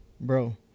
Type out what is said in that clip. Bro